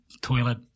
toilet